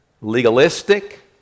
legalistic